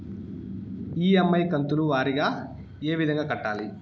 EMI కంతుల వారీగా ఏ విధంగా కట్టాలి